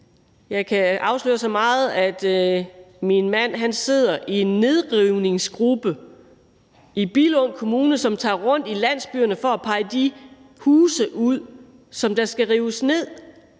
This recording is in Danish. Jeg kan afsløre så meget, som at min mand sidder i en nedrivningsgruppe i Billund Kommune, som tager rundt i landsbyerne for at pege de huse ud, som skal rives ned.